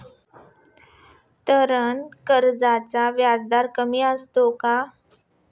तारण कर्जाचा व्याजदर कमी असतो का?